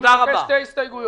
אני מבקש שתי הסתייגויות.